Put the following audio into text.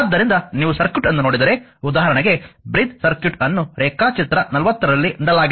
ಆದ್ದರಿಂದ ನೀವು ಸರ್ಕ್ಯೂಟ್ ಅನ್ನು ನೋಡಿದರೆ ಉದಾಹರಣೆಗೆ ಬ್ರಿಜ್ ಸರ್ಕ್ಯೂಟ್ ಅನ್ನು ರೇಖಾಚಿತ್ರ 40 ರಲ್ಲಿ ನೀಡಲಾಗಿದೆ